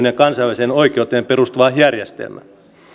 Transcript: ja kansainväliseen oikeuteen perustuva järjestelmä